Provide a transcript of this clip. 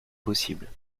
possible